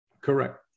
Correct